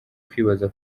kwibaza